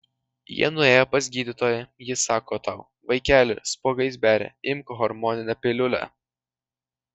jie nuėjo pas gydytoją ji sako tau vaikeli spuogais beria imk hormoninę piliulę